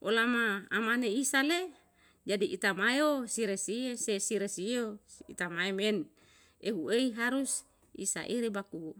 Olama mane isa le jadi itama yo si resiye, se si resiyo itama emen ehu ei harus i saire baku